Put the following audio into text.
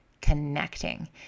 connecting